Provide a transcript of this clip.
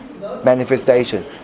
manifestation